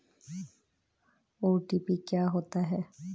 OTP क्या होता है?